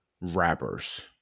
rappers